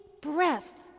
breath